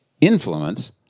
influence